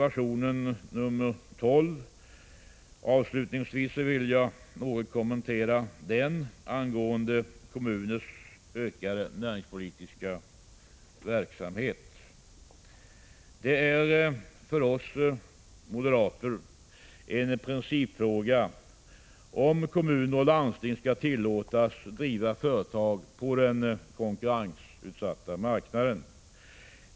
Avslutningsvis vill jag något kommentera reservation nr 12 angående kommuners ökande näringspolitiska verksamhet. Det är för oss moderater en principfråga huruvida kommuner och landsting skall tillåtas driva företag på den konkurrensutsatta marknaden.